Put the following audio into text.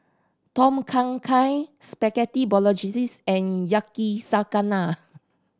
Tom Kha Gai Spaghetti Bolognese and Yakizakana